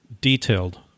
detailed